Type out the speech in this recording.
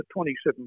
27%